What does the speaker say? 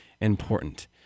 important